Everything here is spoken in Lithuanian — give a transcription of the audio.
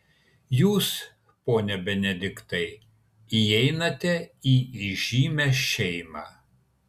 jūs pone benediktai įeinate į įžymią šeimą